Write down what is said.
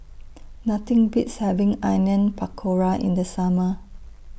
Nothing Beats having Onion Pakora in The Summer